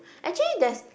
actually there's